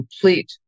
complete